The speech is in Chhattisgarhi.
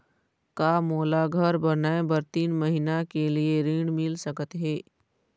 का मोला घर बनाए बर तीन महीना के लिए ऋण मिल सकत हे?